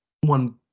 one